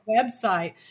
website